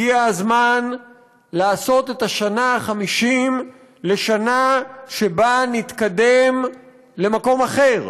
הגיע הזמן לעשות את השנה ה-50 לשנה שבה נתקדם למקום אחר,